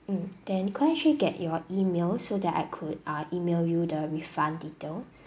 mm and could I actually get your email so that I could ah email you the refund details